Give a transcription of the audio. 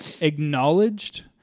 acknowledged